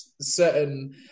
certain